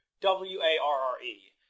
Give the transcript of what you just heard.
W-A-R-R-E